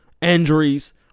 Injuries